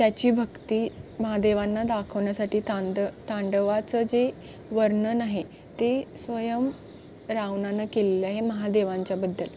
त्याची भक्ती महादेवांना दाखवण्यासाठी तांद तांडवाचं जे वर्णन आहे ते स्वयं रावणानं केलेलं आहे महादेवांच्याबद्दल